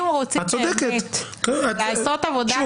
אם רוצים באמת לעשות עבודה,